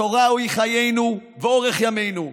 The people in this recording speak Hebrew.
התורה היא חיינו ואורך ימינו.